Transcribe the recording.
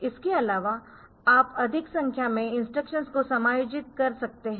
इसके अलावा आप अधिक संख्या में इंस्ट्रक्शंस को समायोजित कर सकते है